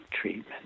treatment